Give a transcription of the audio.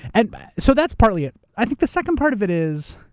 and so that's partly it. i think the second part of it is,